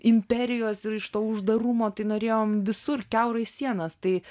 imperijos ir iš to uždarumo tai norėjom visur kiaurai sienas tai